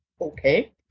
okay